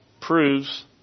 proves